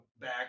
back